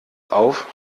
auf